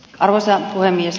arvoisa puhemies